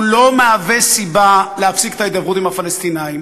הוא לא מהווה סיבה להפסיק את ההידברות עם הפלסטינים,